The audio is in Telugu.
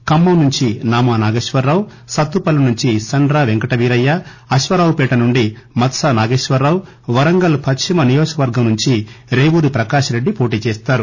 ఖమ్మం నుంచి నామా నాగేశ్వర్ రావు సత్తుపల్లి నుంచి సండ్ర పెంకట వీరయ్య అశ్వారావు పేట నుండి మత్పా నాగేశ్వర్ రావు వరంగల్ పశ్చిమ నియోజకవర్గం నుంచి రేవూరి ప్రకాశ్ రెడ్డి పోటీ చేస్తారు